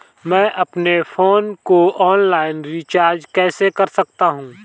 मैं अपने फोन को ऑनलाइन रीचार्ज कैसे कर सकता हूं?